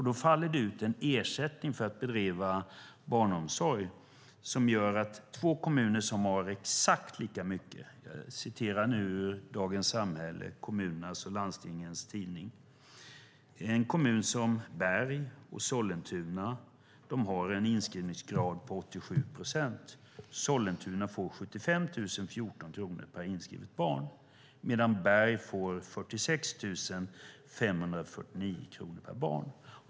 Då faller det ut en ersättning för att bedriva barnomsorg som gör att två kommuner som har exakt lika mycket barnomsorg - jag citerar nu ur Dagens Samhälle, kommunernas och landstingens tidning - får olika mycket. En kommun som Berg eller Sollentuna har en inskrivningsgrad på 87 procent. Sollentuna får 75 014 kronor per inskrivet barn, medan Berg får 46 549 kronor per barn.